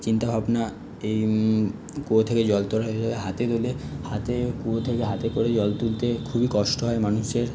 চিন্তাভাবনা এই কুয়ো থেকে জল তোলা ওইভাবে হাতে গেলে হাতে কুয়ো থেকে হাতে করে জল তুলতে খুবই কষ্ট হয় মানুষের